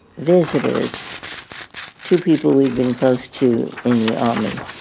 visitors to people we'd been close to in the army.